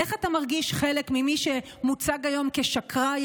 איך אתה מרגיש כחלק ממי שמוצג היום כשקרן,